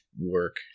work